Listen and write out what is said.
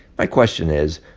my question is,